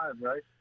right